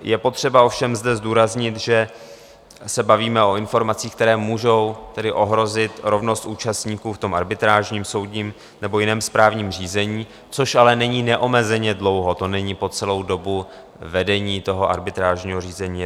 Je potřeba ovšem zde zdůraznit, že se bavíme o informacích, které můžou ohrozit rovnost účastníků v arbitrážním, soudním nebo jiném správním řízení, což ale není neomezeně dlouho, to není po celou dobu vedení arbitrážního řízení.